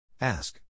Ask